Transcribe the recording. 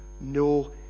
no